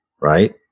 right